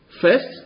First